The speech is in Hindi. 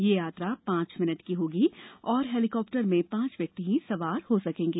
यह यात्रा पांच मिनट की होगी और हेलीकॉप्टर में पांच व्यक्ति ही सवार हो सकेंगे